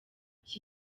iki